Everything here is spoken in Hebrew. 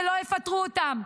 שלא יפטרו אותן,